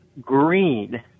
green